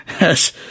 yes